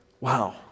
wow